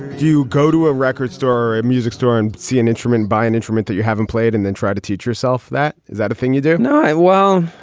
you go to a record store or a music store and see an instrument buy an instrument that you haven't played and then try to teach yourself that? is that a thing you do now? well,